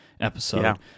episode